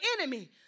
enemy